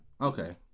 Okay